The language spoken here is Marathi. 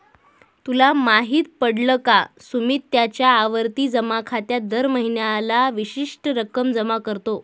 तुला माहित पडल का? सुमित त्याच्या आवर्ती जमा खात्यात दर महीन्याला विशिष्ट रक्कम जमा करतो